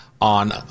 on